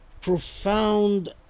profound